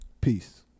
Peace